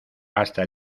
hasta